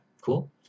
cool